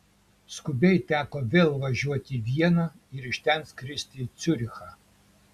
skubiai teko vėl važiuoti į vieną ir iš ten skristi į ciurichą